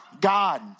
God